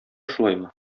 шулаймы